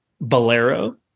Bolero